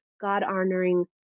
God-honoring